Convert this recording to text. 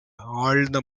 ஆழ்ந்த